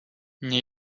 nie